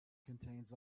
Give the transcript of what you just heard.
contains